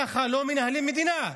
ככה לא מנהלים מדינה.